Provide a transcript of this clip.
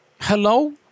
Hello